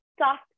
Soft